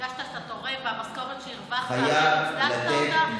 הרגשת שאתה תורם, והמשכורת שהרווחת, הצדקת אותה?